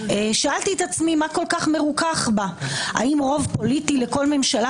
שאלתי את עצמי מה כל כך מרוכך בה - האם רוב פוליטי לכל ממשלה